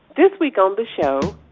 this week on the show,